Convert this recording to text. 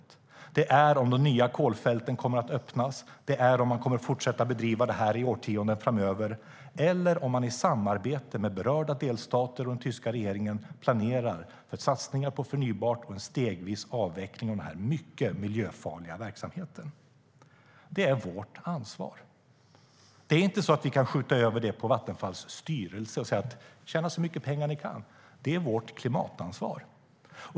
Det handlar också om ifall de nya kolfälten kommer att öppnas, om man kommer att fortsätta driva brunkolsverksamheten i årtionden framöver eller om man i samarbete med berörda delstater och den tyska regeringen planerar för satsningar på förnybart och stegvis avveckling av den här mycket miljöfarliga verksamheten. Det är vårt ansvar. Vi kan inte skjuta över det på Vattenfalls styrelse och säga "Tjäna så mycket pengar ni kan!". Det är vårt klimatansvar.